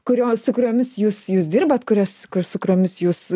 kurios su kuriomis jūs jūs dirbat kurias su kuriomis jūs